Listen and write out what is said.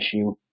issue